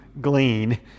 glean